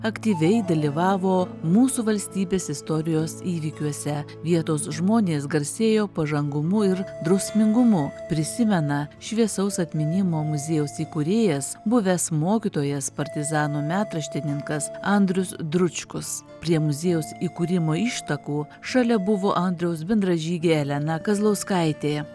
aktyviai dalyvavo mūsų valstybės istorijos įvykiuose vietos žmonės garsėjo pažangumu ir drausmingumu prisimena šviesaus atminimo muziejaus įkūrėjas buvęs mokytojas partizanų metraštininkas andrius dručkus prie muziejaus įkūrimo ištakų šalia buvo andriaus bendražygė elena kazlauskaitė